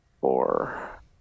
four